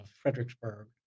Fredericksburg